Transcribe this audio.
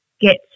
get